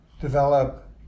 develop